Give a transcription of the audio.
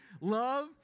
Love